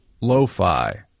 lo-fi